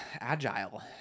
agile